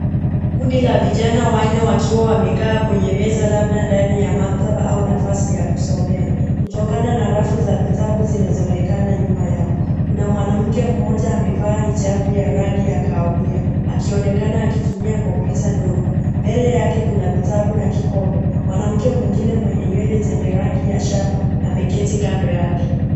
Kundi la vijana wanne wakiwa wamekaa kwenye meza labda ndani ya maktaba au nafasi ya kusomea, kutokana na rafu za vitabu zinazoonekana nyuma yao, kuna mwanamke mmoja amevaa hijabu ya rangi ya kahawia akionekana akitumia kompyuta ndogo. Mbele yake kuna vitabu na kikombe. Mwanamke mwingine mwenye nywele zenye rangi ya shaba ameketi kando yake.